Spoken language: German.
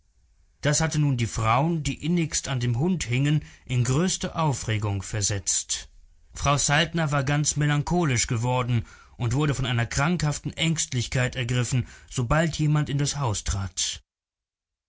das hatte nun die frauen die innigst an dem hund hingen in größte aufregung versetzt frau saltner war ganz melancholisch geworden und wurde von einer krankhaften ängstlichkeit ergriffen sobald jemand in das haus trat